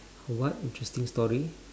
what interesting story